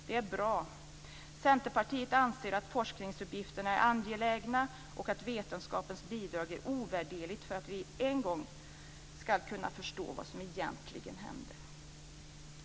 Detta är bra. Centerpartiet anser att forskningsuppgifterna är angelägna och att vetenskapens bidrag är ovärderligt för att vi en gång ska kunna förstå vad som egentligen hände.